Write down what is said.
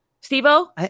Steve-O